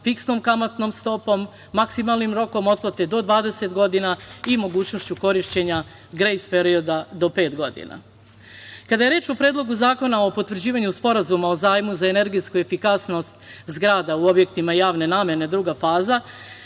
fiksnom kamatnom stopom, maksimalnim rokom otplate do 20 godina i mogućnošću korišćenja grejs perioda do pet godina. Kada je reč o Predlogu zakona o potvrđivanju Sporazuma o zajmu za energetsku efikasnost zgrada u objektima javne namene, druga faza,